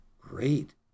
great